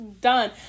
done